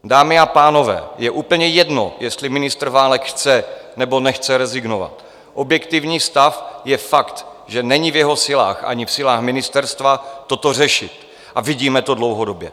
Dámy a pánové, je úplně jedno, jestli ministr Válek chce nebo nechce rezignovat, objektivní stav je fakt, že není v jeho silách ani v silách ministerstva toto řešit, a vidíme to dlouhodobě.